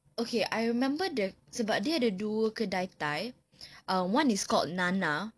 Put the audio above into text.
okay I remember the sebab dia ada dua kedai thai err one is called nana